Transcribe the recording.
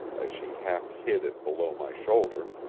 as she half hid it below my shoulder